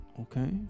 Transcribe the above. Okay